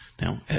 Now